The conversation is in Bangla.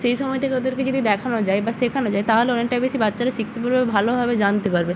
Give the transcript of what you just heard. সেই সময় থেকে ওদেরকে যদি দেখানো যায় বা শেখানো যায় তাহলে অনেকটাই বেশি বাচ্চারা শিখতে পারবে ভালোভাবে জানতে পারবে